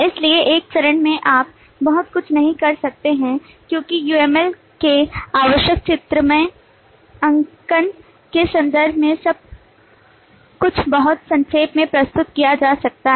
इसलिए एक चरण में आप बहुत कुछ नहीं कर सकते हैं क्योंकि UML के आवश्यक चित्रमय अंकन के संदर्भ में सब कुछ बहुत संक्षेप में प्रस्तुत किया जा सकता है